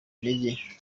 intege